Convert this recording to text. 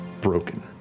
broken